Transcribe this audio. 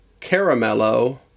Caramello